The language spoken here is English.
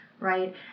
right